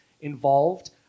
involved